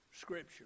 scripture